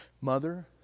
Mother